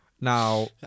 Now